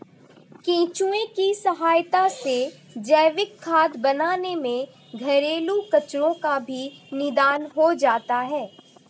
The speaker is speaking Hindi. केंचुए की सहायता से जैविक खाद बनाने में घरेलू कचरो का भी निदान हो जाता है